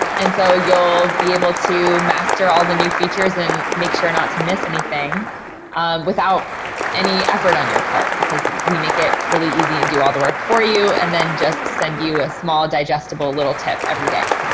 and so you'll be able to master all the new features and make sure not to miss anything without any effort on your part, because we make it really easy and do all the work for you. and then just send you a small, digestible little tip everyday.